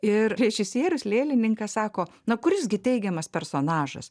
ir režisierius lėlininkas sako na kuris gi teigiamas personažas